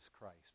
Christ